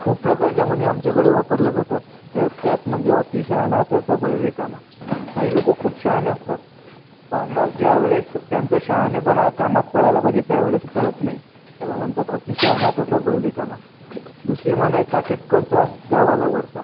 खूप प्रकारच्या म्हणी आमच्याकडे वापरल्या जातात त्यात त्यात म्हणजे अति शहाणा त्याचा बैल रिकामा काही लोक खूप शहाणे असतात पण ज्यावेळेस त्यांचा शहाणेपणा कामात पडायला पाहिजे त्यावेळेस पडत नाही त्याला म्हणतात अति शहाणा त्याचा बैल रिकामा दुसरी म्हण आहे काखेत कळसा गावाला वळसा